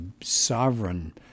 sovereign